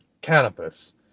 Cannabis